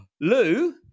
Lou